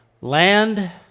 land